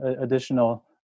additional